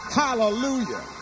hallelujah